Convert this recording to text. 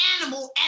animal